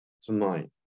tonight